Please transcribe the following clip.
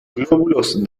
glóbulos